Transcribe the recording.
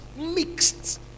mixed